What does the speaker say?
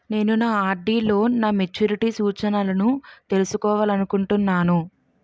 నేను నా ఆర్.డి లో నా మెచ్యూరిటీ సూచనలను తెలుసుకోవాలనుకుంటున్నాను